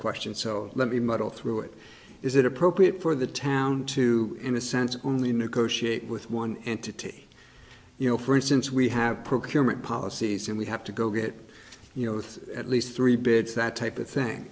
question so let me muddle through it is it appropriate for the town to in a sense only negotiate with one entity you know for instance we have procurement policies and we have to go get you know with at least three bids that type of thing